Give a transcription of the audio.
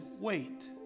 Wait